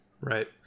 right